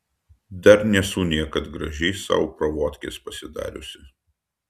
dar nesu niekad gražiai sau pravodkės pasidariusi